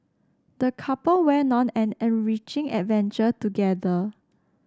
the couple went on an enriching adventure together